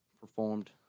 performed